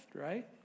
Right